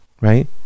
right